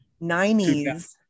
90s